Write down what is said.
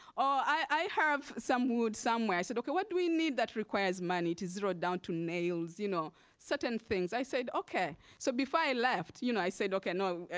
ah i have some wood somewhere. i said, okay, what do we need that requires money, to throw down to nails, you know certain things. i said okay. so before i left, you know i i said. okay, no,